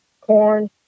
corn